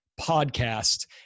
PODCAST